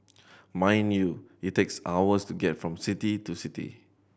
mind you it takes hours to get from city to city